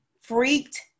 freaked